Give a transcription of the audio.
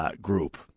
group